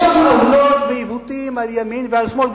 יש שם עוולות ועיוותים על ימין ועל שמאל.